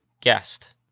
guest